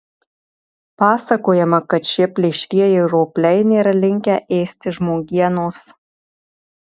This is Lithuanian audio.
pasakojama kad šie plėšrieji ropliai nėra linkę ėsti žmogienos